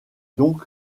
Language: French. donc